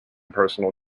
personal